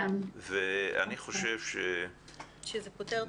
ואני חושב --- שזה פותר את הבעיה?